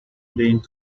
being